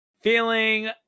feeling